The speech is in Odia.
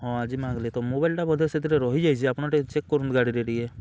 ହଁ ଆଜି ମାଗ୍ଲେ ତ ମୋବାଇଲ୍ଟା ବୋଧେ ସେଥିରେ ରହିଯାଇଛେ ଆପଣ୍ ଟିକେ ଚେକ୍ କରୁନ୍ ଗାଡ଼ିରେ ଟିକେ